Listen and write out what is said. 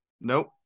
Nope